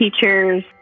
teachers